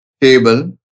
table